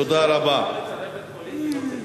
נמנעים, אין.